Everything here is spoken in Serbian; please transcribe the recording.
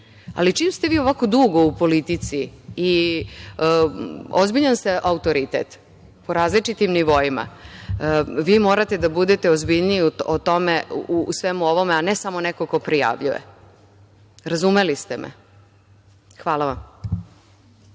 koži. Čim ste vi ovako dugo u politici, ozbiljan ste autorite, po različitim nivoima. Vi morate da bude ozbiljnije u svemu ovome, a ne samo neko ko prijavljuje. Razumeli ste me. Hvala vam.